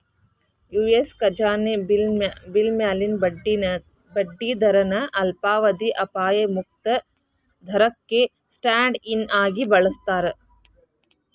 US ಖಜಾನೆ bill ಮ್ಯಾಲಿನ ಬಡ್ಡಿ ದರನ ಅಲ್ಪಾವಧಿಯ ಅಪಾಯ ಮುಕ್ತ ದರಕ್ಕ ಸ್ಟ್ಯಾಂಡ್ ಇನ್ ಆಗಿ ಬಳಸ್ತಾರ